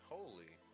Holy